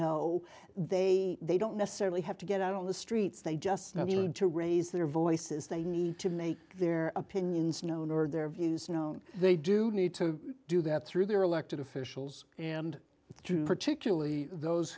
know they they don't necessarily have to get out on the streets they just not be able to raise their voices they need to make their opinions known or their views known they do need to do that through their elected officials and through particularly those